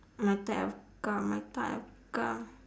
my type of car my type of car